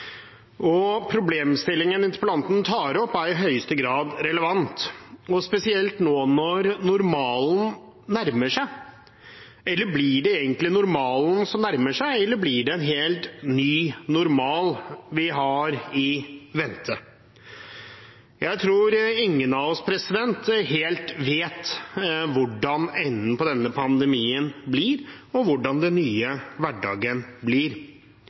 Problemstillingen interpellanten tar opp, er i høyeste grad relevant, og spesielt nå når normalen nærmer seg. Blir det egentlig normalen som nærmer seg, eller blir det en helt ny normal vi har i vente? Jeg tror ingen av oss helt vet hvordan enden på denne pandemien blir, og hvordan den nye hverdagen blir.